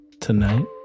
tonight